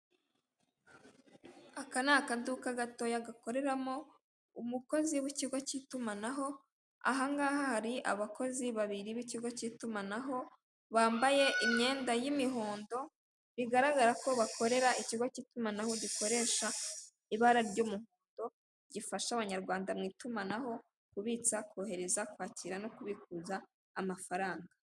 Aka ni akaduka gatoya gakoreramo umukozi w'ikigo cy'itumanaho, aha ngaha hari abakozi babiri b'ikigo cy'itumanaho bambaye imyenda y'imihondo bigaragara ko bakorera ikigo cy'itumanaho gikoresha ibara ry'umuhondo gifasha abanyarwanda mu itumanaho kubitsa, kohereza, kwakira no kubikuza amafaranga.